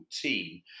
team